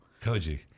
Koji